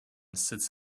sits